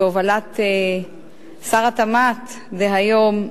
בהובלת שר התמ"ת דהיום,